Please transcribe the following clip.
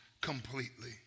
completely